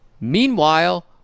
Meanwhile